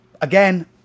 again